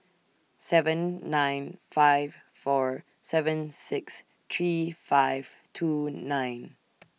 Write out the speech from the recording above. seven nine five four seven six three five two nine